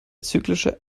zyklische